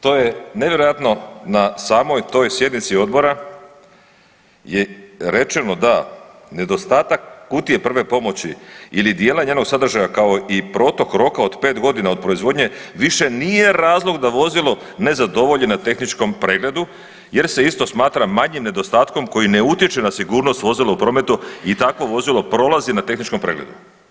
To je nevjerojatno na samoj toj sjednici odbora je rečeno da nedostatak kutije prve pomoći ili dijela njenog sadržaja kao i protok roka od pet godina od proizvodnje više nije razlog da vozilo ne zadovolji na tehničkom pregledu, jer se isto smatra manjim nedostatkom koji ne utječe na sigurnost vozila u prometu i takvo vozilo prolazi na tehničkom pregledu.